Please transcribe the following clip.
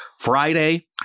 Friday